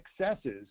successes